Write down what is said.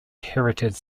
heritage